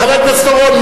חבר הכנסת אורון,